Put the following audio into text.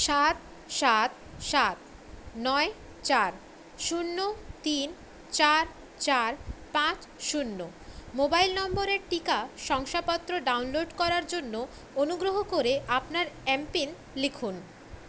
সাত সাত সাত নয় চার শূন্য তিন চার চার পাঁচ শূন্য মোবাইল নম্বরের টিকা শংসাপত্র ডাউনলোড করার জন্য অনুগ্রহ করে আপনার এমপিন লিখুন